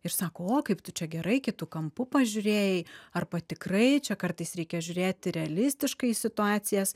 ir sako o kaip tu čia gerai kitu kampu pažiūrėjai arba tikrai čia kartais reikia žiūrėti realistiškai į situacijas